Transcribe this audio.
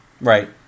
Right